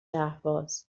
اهواز